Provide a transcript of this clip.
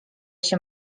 się